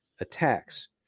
attacks